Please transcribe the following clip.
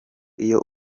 iyo